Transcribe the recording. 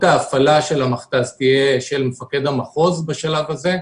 ההפעלה של המכת"ז תהיה של מפקד המחוז בשלב הזה,